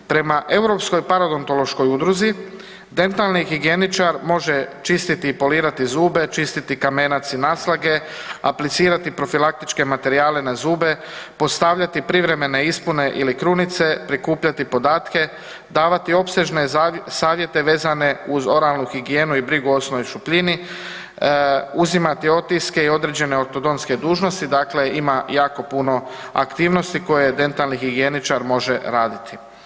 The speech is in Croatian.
Prema Europskom paradontološkoj udruzi, dentalni higijeničar može čistiti i polirati zube, čistiti kamenac i naslage, aplicirati profilaktičke materijale na zube, postavljati privremen ispune ili krunice, prikupljati podatke, davati opsežne savjete vezane uz oralnu higijenu i brigu o usnoj šupljini, uzimati otiske i određene ortodontske dužnosti, dakle ima jako puno aktivnosti koje dentalni higijeničar može raditi.